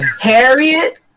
Harriet